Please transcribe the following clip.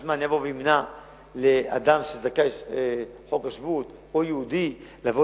אז אני אבוא ואמנע מאדם שזכאי בחוק השבות או יהודי לבוא